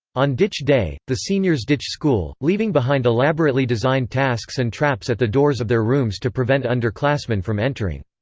on ditch day, the seniors ditch school, leaving behind elaborately designed tasks and traps at the doors of their rooms to prevent underclassmen from entering.